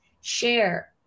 share